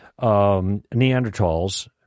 Neanderthals